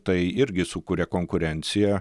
tai irgi sukuria konkurenciją